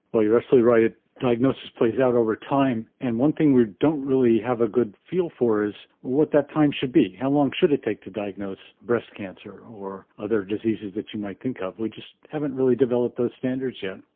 you're absolutely right, ah diagnosis plays out over time, and one thing we don't really have a good feel for is what that time should be. how long should it take to diagnose breast cancer or other diseases that you might think of? we just haven't really developed those standards yet.